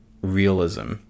realism